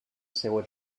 seua